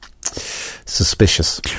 suspicious